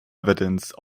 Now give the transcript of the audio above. evidence